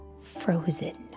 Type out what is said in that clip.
frozen